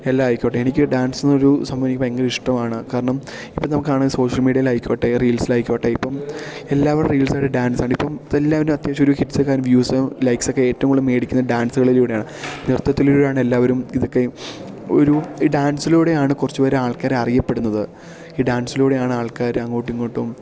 എല്ലാം ആയിക്കോട്ടെ എനിക്ക് ഡാൻസെന്നൊരു സംഭവം എനിക്ക് ഭയങ്കര ഇഷ്ടമാണ് കാരണം ഇപ്പോള് നമുക്കാണേൽ സോഷ്യൽ മീഡിയയിലായിക്കോട്ടെ റീൽസിലായിക്കോട്ടെ ഇപ്പോള് എല്ലാവരും റീൽസായിട്ട് ഡാൻസാണ് ഇപ്പോള് എല്ലാവരും അത്യാവശ്യം ഒരു ഹിറ്റ്സൊക്കെ ആയാലും വ്യൂസും ലൈക്സുമൊക്കെ ഏറ്റവും കൂടുതല് മേടിക്കുന്നത് ഡാൻസുകളിലൂടെയാണ് നൃത്തത്തിലൂടെയാണ് എല്ലാവരും ഇതൊക്കെയും ഒരു ഈ ഡാൻസിലൂടെയാണ് കുറച്ചു പേരെ ആൾക്കാര് അറിയപ്പെടുന്നത് ഈ ഡാൻസിലൂടെയാണ് ആൾക്കാര് അങ്ങോട്ടും ഇങ്ങോട്ടും